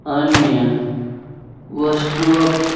अन्य वस्तुक